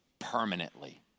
permanently